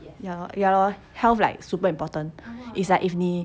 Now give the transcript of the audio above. ya lor health like super important is like if 你